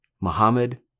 Muhammad